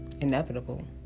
inevitable